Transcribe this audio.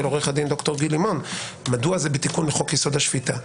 עו"ד ד"ר גיל לימון מדוע זה בתיקון לחוק יסוד: השפיטה?